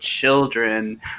children